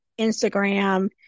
Instagram